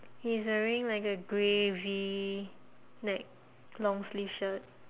he is wearing a grey V neck long sleeve shirt